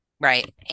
Right